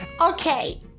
Okay